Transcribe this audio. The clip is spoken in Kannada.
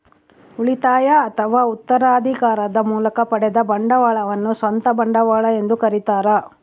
ಉಳಿತಾಯ ಅಥವಾ ಉತ್ತರಾಧಿಕಾರದ ಮೂಲಕ ಪಡೆದ ಬಂಡವಾಳವನ್ನು ಸ್ವಂತ ಬಂಡವಾಳ ಎಂದು ಕರೀತಾರ